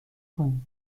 کنیم